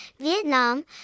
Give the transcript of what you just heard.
Vietnam